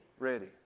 ready